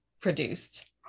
produced